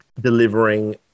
delivering